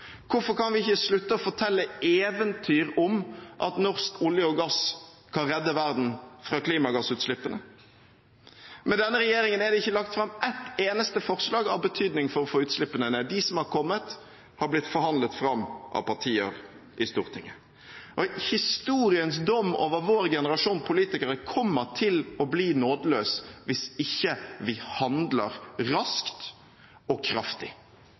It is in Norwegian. Hvorfor kan vi ikke slutte å fortelle eventyr om at norsk olje og gass kan redde verden fra klimagassutslippene? Med denne regjeringen er det ikke lagt fram ett eneste forslag av betydning for å få utslippene ned. De som har kommet, har blitt forhandlet fram av partier i Stortinget. Historiens dom over vår generasjons politikere kommer til å bli nådeløs hvis vi ikke handler raskt og kraftig.